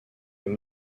est